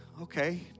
okay